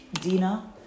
Dina